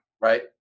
Right